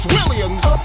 Williams